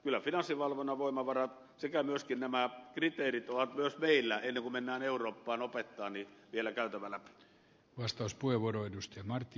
kyllä finanssivalvonnan voimavarat sekä myöskin nämä kriteerit on myös meillä ennen kuin mennään eurooppaan opettamaan vielä käytävä läpi